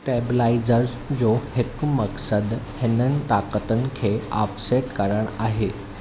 stabilisers जो हिकु मक़्सदु हिननि ताक़तुनि खे ऑफसेट करणु आहे